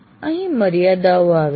અહીં મર્યાદાઓ આવે છે